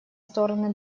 стороны